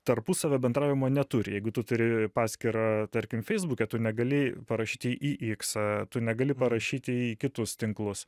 tarpusavio bendravimo neturi jeigu tu turi paskyrą tarkim feisbuke tu negali parašyti į iksą tu negali parašyti į kitus tinklus